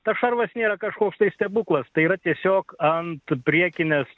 tas šarvas nėra kažkoks stebuklas tai yra tiesiog ant priekinės